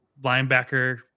Linebacker